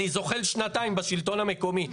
אני זוחל שנתיים בשלטון המקומי,